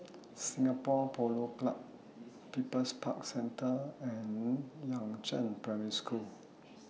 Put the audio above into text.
Singapore Polo Club People's Park Centre and Yangzheng Primary School